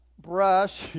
brush